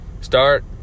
Start